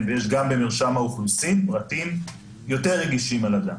יש גם במרשם האוכלוסין פרטים יותר רגישים על אדם